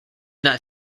not